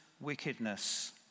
wickedness